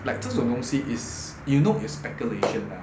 like 这种东西 is you know is speculation ah